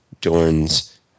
dorn's